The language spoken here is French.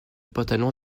pantalon